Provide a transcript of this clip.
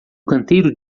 canteiro